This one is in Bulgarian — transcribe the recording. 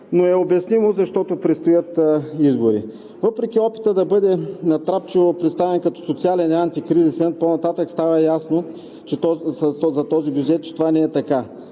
но е обяснимо, защото предстоят избори. Въпреки опита този бюджет да бъде натрапчиво представен като социален и антикризисен, по-нататък става ясно, че това не е така.